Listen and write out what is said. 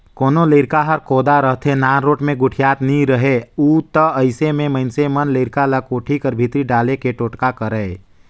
कोनो लरिका हर कोदा रहथे, नानरोट मे गोठियात नी रहें उ ता अइसे मे मइनसे मन लरिका ल कोठी कर भीतरी डाले के टोटका करय